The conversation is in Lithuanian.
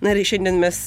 na ir šiandien mes